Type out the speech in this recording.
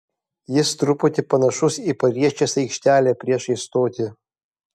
jis truputį panašus į pariečės aikštelę priešais stotį